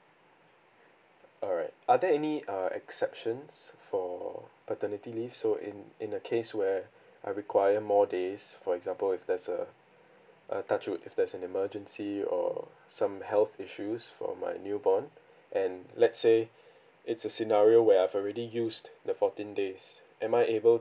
alright are there any err exceptions for paternity leave so in in a case where I require more days for example if there's a a touch wood if there's an emergency or some health issues from my newborn and let's say it's a scenario where I've already used the fourteen days am I able